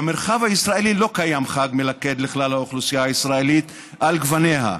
במרחב הישראלי לא קיים חג מלכד לכלל האוכלוסייה הישראלית על גווניה,